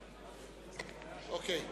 אוקיי.